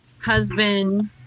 husband